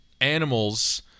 animals